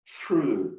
true